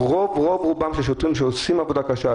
שרוב-רובם של השוטרים עושים עבודה קשה,